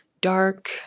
dark